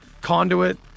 conduit